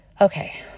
Okay